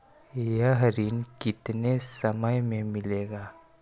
यह ऋण कितने समय मे मिलेगा?